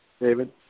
David